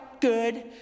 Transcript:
good